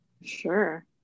Sure